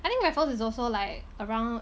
I think raffles is also like around